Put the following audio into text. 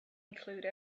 include